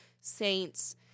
saints